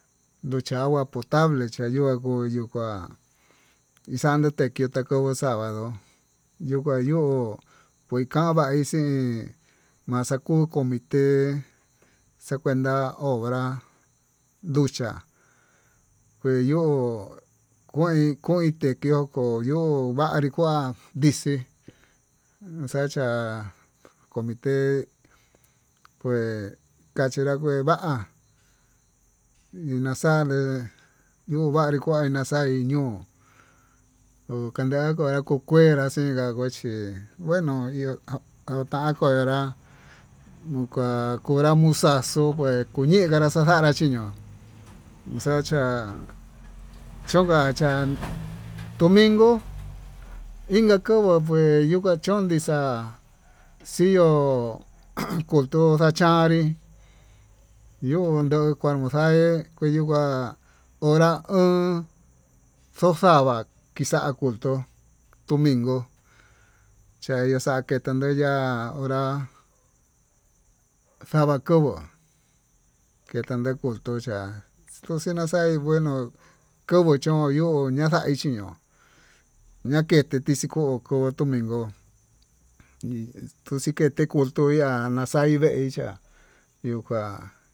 Nducha agua potable chayuu anguyu kuá, ixande tequio komo changuá yuu kua yo'o uxaña texii maxakuu comité, xa kuenta obra nducha kuen yo'o kuen kuen tequio, ndoko ño'o vanri kuán vixii xachá comitte pues kanria kuá va'á, naxanre yuu kua nii kua naxanré ño'o uu kanreka kanre kuu kué naxenka kochí ngueno iho kotan kuerá unka kunra muxa'a xuu, he uninra naxaxanrá chiño'o uxacha xon xa'a chá, dominco inka kava'a pues yuu ka chonki xa'á xió han kucho ndaxanrí yuu nduu kuando xaí kueyuu kuá hora o'on xoxavá ixa'a kutuu domingo, cheye xa'a kueta ndee ya'á hora xa'a va'a kobo ketan nde kuchiá tuxii naxaí nguenó kovo'o chón ña'a ndaí chí ño'o, ña'a kete kixii ko'o ko'o kotominko ñii kukete kutuu kuya'a naxaí veí cha yuu kuá.